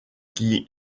qui